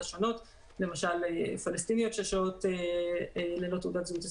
שונות כמו למשל פלסטיניות ששוהות ללא תעודת זהות ישראלית,